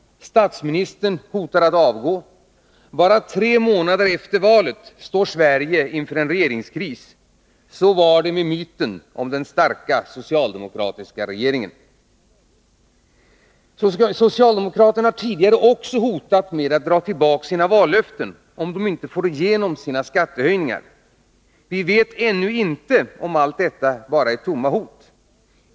Statsministern hotar att avgå. Bara tre månader efter valet står Sverige inför en regeringskris. — Så var det med myten om den starka socialdemokratiska regeringen. Socialdemokraterna har tidigare också hotat med att dra tillbaka sina vallöften om de inte får igenom de skattehöjningar de föreslagit. Vi vet ännu 67 inte om allt detta bara är tomma hot.